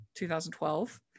2012